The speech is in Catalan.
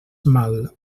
mal